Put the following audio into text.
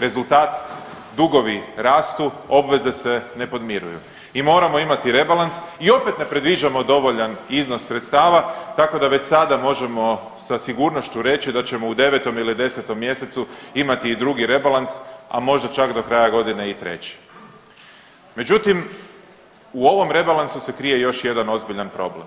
Rezultat, dugovi rastu, obveze se ne podmiruju i moramo imati rebalans i opet ne predviđamo dovoljan iznos sredstava, tako da već sada možemo sa sigurnošću reći da ćemo u 9. ili 10. mjesecu imati i drugi rebalans, a možda čak do kraja godine i 3. Međutim, u ovom rebalansu se krije još jedan ozbiljan problem,